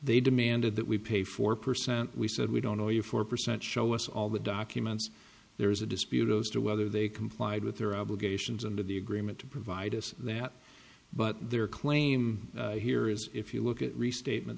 they demanded that we pay four percent we said we don't know your four percent show us all the documents there is a dispute arose to whether they complied with their obligations under the agreement to provide us that but their claim here is if you look at restatement